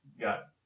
got